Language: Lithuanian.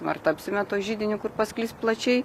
ar tapsime tuo židiniu kur pasklis plačiai